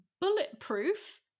bulletproof